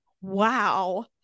Wow